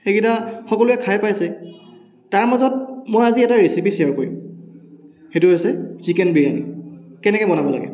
সেইকেইটা সকলোৱে খাই পাইছে তাৰমাজত মই আজি এটা ৰেচিপি শ্বেয়াৰ কৰিম সেইটো হৈছে চিকেন বিৰিয়ানি কেনেকৈ বনাব লাগে